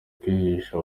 kwihisha